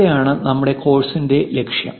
ഇവയാണ് നമ്മുടെ കോഴ്സിന്റെ ലക്ഷ്യങ്ങൾ